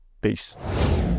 Peace